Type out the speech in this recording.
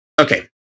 okay